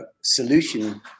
solution